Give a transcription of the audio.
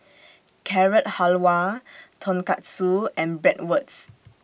Carrot Halwa Tonkatsu and Bratwurst